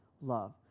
love